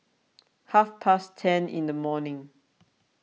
half past ten in the morning